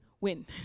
win